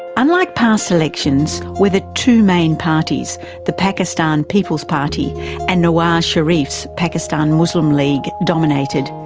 unlike past elections where the two main parties the pakistan people's party and nawaz sharif's pakistan muslim league dominated,